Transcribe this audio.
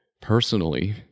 personally